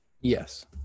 yes